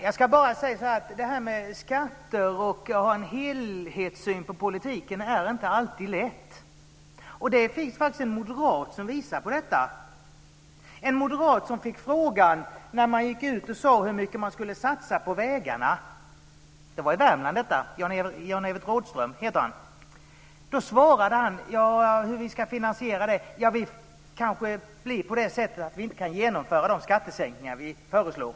Jag vill bara säga att det här med skatter och att ha en helhetssyn på politiken inte alltid är lätt. Det finns faktiskt en moderat som visat på detta. En moderat i Värmland, Jan-Evert Rådhström heter han, fick frågan hur mycket man skulle satsa på vägarna och hur man skulle finansiera det. Han svarade: Ja, det kanske blir på det sättet att vi inte kan genomföra de skattesänkningar vi föreslår.